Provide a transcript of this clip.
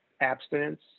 abstinence